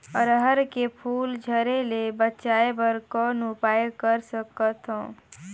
अरहर के फूल झरे ले बचाय बर कौन उपाय कर सकथव?